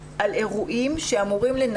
זו.